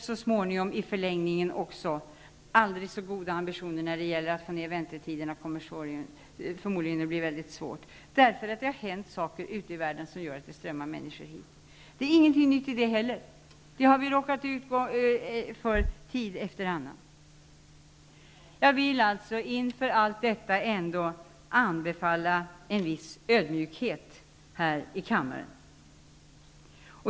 Trots aldrig så goda ambitioner kommer det i förlängningen förmodligen också att bli mycket svårt att få ner väntetiderna, därför att det har hänt saker ute i världen som gör att det strömmar människor hit. Det är ingenting nytt i det heller. Det har vi råkat ut för tid efter annan. Jag vill alltså inför allt detta ändå anbefalla en viss ödmjukhet här i kammaren.